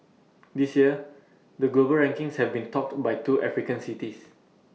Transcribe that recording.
this year the global rankings has been topped by two African cities